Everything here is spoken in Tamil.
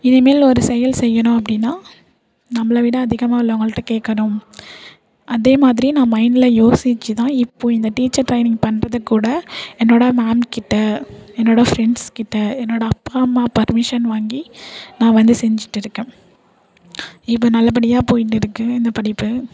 இனிமேல் ஒரு செயல் செய்யணும் அப்படின்னா நம்மளைவிட அதிகமாக உள்ளவங்கள்கிட்ட கேட்கணும் அதேமாதிரி நான் மைண்டில் யோசித்து தான் இப்போது இந்த டீச்சர் ட்ரெனிங் பண்றதுக்குகூட என்னோடய மேம்கிட்ட என்னோடய ஃப்ரெண்ட்ஸ்கிட்ட என்னோடய அப்பா அம்மா பர்மிஷன் வாங்கி நான் வந்து செஞ்சுட்டு இருக்கேன் இப்போ நல்லபடியாக போயிட்டு இருக்குது இன்னும் படிப்பேன்